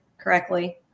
correctly